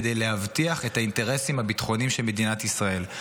כדי להבטיח את האינטרסים הביטחוניים של מדינת ישראל.